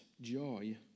joy